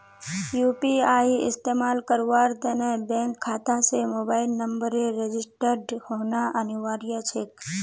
UPI इस्तमाल करवार त न बैंक खाता स मोबाइल नंबरेर रजिस्टर्ड होना अनिवार्य छेक